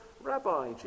Rabbi